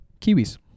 Kiwis